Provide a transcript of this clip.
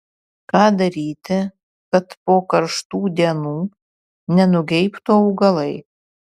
ką daryti kad po karštų dienų nenugeibtų augalai